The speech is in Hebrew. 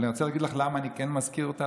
אבל אני רוצה להגיד לך למה אני מזכיר אותה: